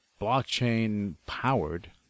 blockchain-powered